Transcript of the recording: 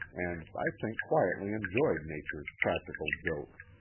and i think quietly enjoyed nature's practical joke.